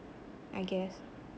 I guess